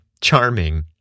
charming